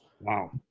Wow